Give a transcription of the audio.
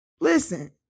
Listen